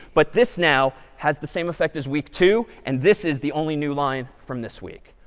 but this now has the same effect as week two. and this is the only new line from this week.